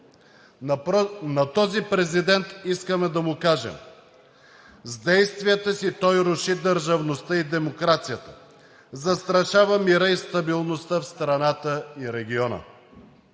На този президент искаме да му кажем: с действията си той руши държавността и демокрацията, застрашава мира и стабилността в страната и региона.